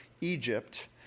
Egypt